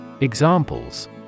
examples